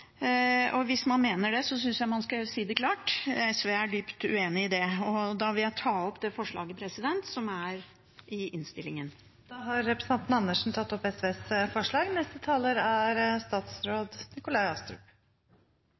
Hvis man mener det, synes jeg man skal si det klart. SV er dypt uenig i det. Da vil jeg ta opp forslaget fra SV. Da har representanten Karin Andersen tatt opp det forslaget hun refererte til. La meg først si at representantforslaget tar opp en viktig problemstilling. Jeg er